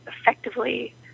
effectively